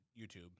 YouTube